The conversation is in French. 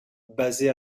basé